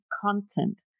content